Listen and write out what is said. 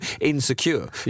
insecure